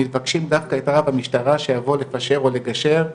מבקשים דווקא את רב המשטרה שיבוא לפשר, או לגשר.